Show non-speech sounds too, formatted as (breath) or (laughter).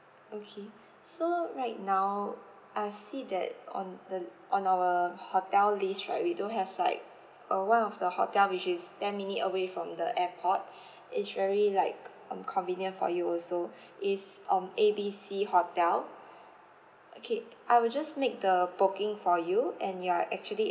okay (breath) so right now I see that on the on our hotel list right we do have like uh one of the hotel which is ten minute away from the airport (breath) it's really like um convenient for you also (breath) it's um A B C hotel (breath) okay I will just make the booking for you and you are actually